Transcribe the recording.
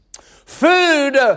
Food